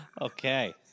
Okay